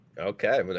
Okay